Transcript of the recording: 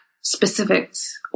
Specifics